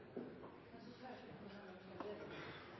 neste